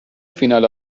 فینال